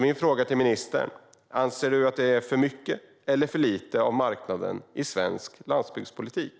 Min fråga till ministern är därför: Anser du att det är för mycket eller för lite av marknaden i svensk landsbygdspolitik?